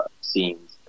scenes